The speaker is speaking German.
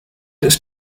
ist